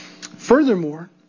Furthermore